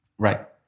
Right